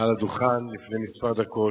מעל הדוכן, לפני כמה דקות.